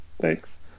thanks